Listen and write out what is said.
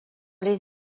les